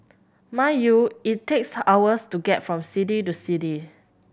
mind you it takes hours to get from city to city